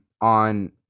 on